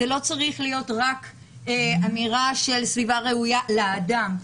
זו לא צריכה להיות רק אמירה של סביבה ראויה לאדם.